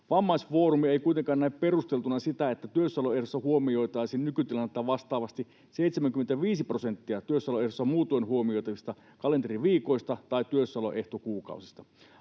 Vammaisfoorumi ei kuitenkaan näe perusteltuna sitä, että työssäoloehdossa huomioitaisiin nykytilannetta vastaavasti 75 prosenttia työssäoloehdossa muutoin huomioitavista kalenteriviikoista tai työssäoloehtokuukausista.